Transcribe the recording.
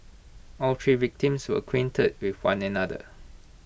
all three victims were acquainted with one another